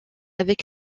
avec